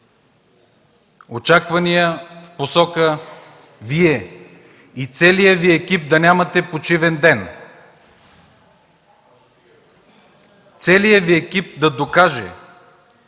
очаквания в посока Вие и целият Ви екип да нямате почивен ден, целият Ви екип да докаже,